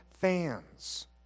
fans